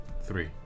Three